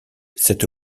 cette